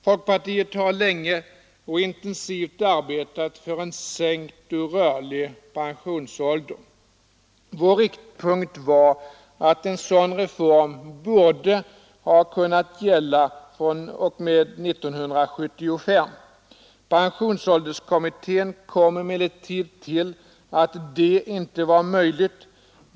Folkpartiet har länge och intensivt arbetat för en sänkt och rörlig pensionsålder. Vår riktpunkt var att en sådan reform borde ha kunnat gälla fr.o.m. 1975. Pensionsålderkommittén kom emellertid fram till att detta inte var möjligt.